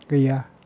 गैया